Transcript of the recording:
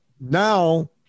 Now